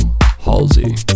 Halsey